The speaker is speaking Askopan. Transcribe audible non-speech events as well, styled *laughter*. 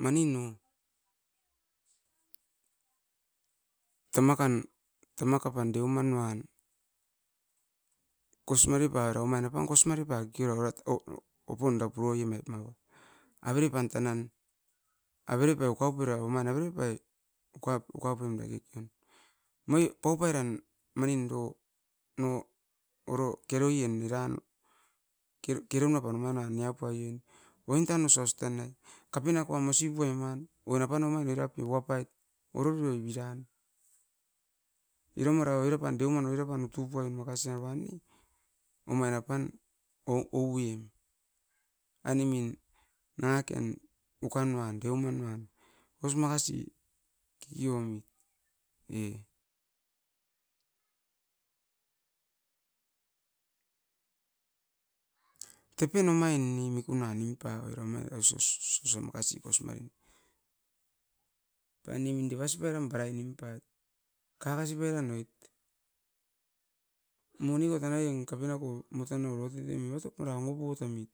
*noise* manin o tamakan tamakapan deumanoan kosmare pa omain apan kosimareit keke orait opon da puromait mava averepan tanan averepai ukapuieva oman averepai ukapemdoit da kekeon moi paupairan manin no oro keroien eran nuan kerunuapan oran omanuam niapuiem wan tan osia os tanai kapinapau mosi puaim mava wuan apan eram uap ororior biran iromara oirapan deumare ore utupuan makasian ne omain apan ouem ainemin naken ukanuan deumanuan aus makasi kekeomit eh tepen omain ne mikuna nimpavoi era mai os osia makasi kosimain pai nemin devasipairan bara nimpait kakasipairan oit mo onivan tanairan kapenako matano evatop mara ongotopamit